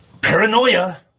paranoia